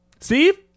Steve